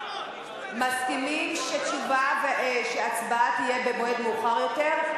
מסכימים שהצבעה תהיה במועד מאוחר יותר?